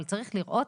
אבל צריך לראות